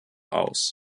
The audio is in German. aus